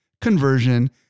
conversion